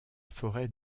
forêt